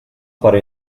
para